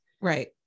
right